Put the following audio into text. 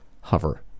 Hover